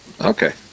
Okay